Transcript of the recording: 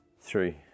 Three